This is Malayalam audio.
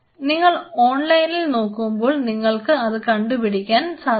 നിങ്ങൾ ഓൺലൈനിൽ നോക്കുമ്പോൾ നിങ്ങൾക്ക് അത് കണ്ടുപിടിക്കാൻ സാധിക്കും